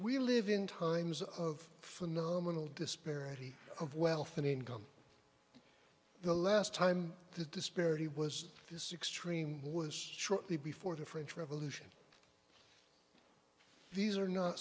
we live in times of phenomenal disparity of wealth and income the last time this disparity was this extreme was shortly before the french revolution these are not